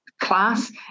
class